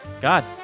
God